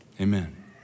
Amen